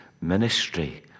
ministry